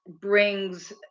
brings